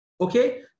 Okay